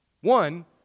One